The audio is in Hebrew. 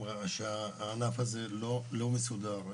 הענף הזה לא מסודר.